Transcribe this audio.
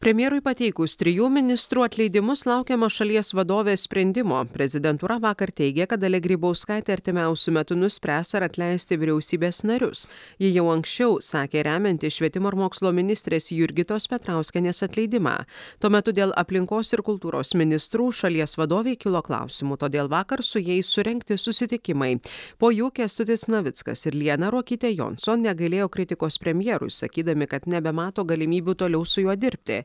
premjerui pateikus trijų ministrų atleidimus laukiama šalies vadovės sprendimo prezidentūra vakar teigė kad dalia grybauskaitė artimiausiu metu nuspręs ar atleisti vyriausybės narius ji jau anksčiau sakė remianti švietimo ir mokslo ministrės jurgitos petrauskienės atleidimą tuo metu dėl aplinkos ir kultūros ministrų šalies vadovei kilo klausimų todėl vakar su jais surengti susitikimai po jų kęstutis navickas ir liana ruokytė jonson negailėjo kritikos premjerui sakydami kad nebemato galimybių toliau su juo dirbti